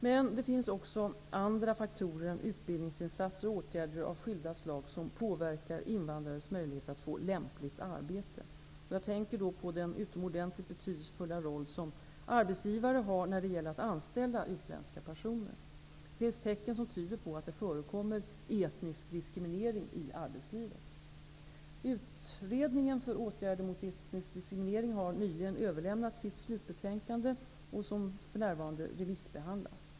Men det finns också andra faktorer än utbildningsinsatser och åtgärder av skilda slag som påverkar invandrares möjligheter att få lämpligt arbete. Jag tänker då på den utomordentligt betydelsefulla roll som arbetsgivare har när det gäller att anställa utländska personer. Det finns tecken som tyder på att det förekommer etnisk diskriminering i arbetslivet. Utredningen för åtgärder mot etnisk diskriminering har nyligen överlämnat sitt slutbetänkande, som för närvarande remissbehandlas.